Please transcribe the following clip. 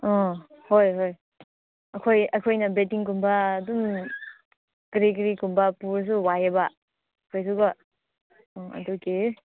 ꯑꯥ ꯍꯣꯏ ꯍꯣꯏ ꯑꯩꯈꯣꯏ ꯑꯩꯈꯣꯏꯅ ꯕꯦꯠꯇꯤꯡꯒꯨꯝꯕ ꯑꯗꯨꯝ ꯀꯔꯤ ꯀꯔꯤꯒꯨꯝꯕ ꯄꯨꯔꯁꯨ ꯋꯥꯏꯌꯦꯕ ꯀꯩꯗꯧꯕ ꯎꯝ ꯑꯗꯨꯒꯤ